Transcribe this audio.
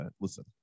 listen